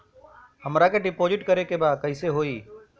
हमरा के डिपाजिट करे के बा कईसे होई?